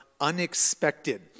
unexpected